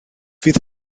fydd